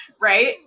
Right